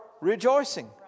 rejoicing